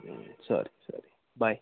ಹ್ಞೂ ಸರಿ ಸರಿ ಬಾಯ್